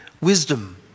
wisdom